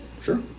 sure